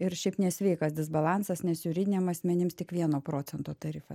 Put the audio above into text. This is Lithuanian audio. ir šiaip nesveikas disbalansas nes juridiniam asmenims tik vieno procento tarifa